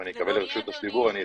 אם אני אקבל את רשות הדיבור אני אשמח.